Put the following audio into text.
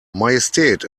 majestät